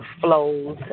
flows